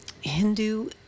Hindu